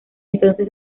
entonces